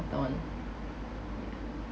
move on